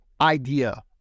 idea